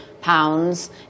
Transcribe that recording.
pounds